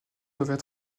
doivent